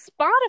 Spotify